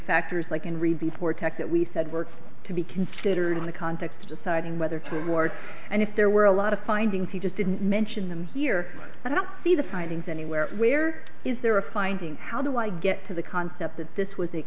factors like and read before tech that we said work to be considered in the context of deciding whether to award and if there were a lot of findings he just didn't mention them here but i don't see the findings anywhere where is there a finding how do i get to the concept that this w